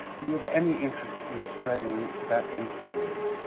do you have any interest in spreading that influence